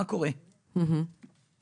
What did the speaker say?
מה עושים במקרה כזה?